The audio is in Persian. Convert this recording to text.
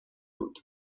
بود